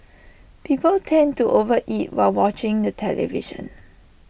people tend to over eat while watching the television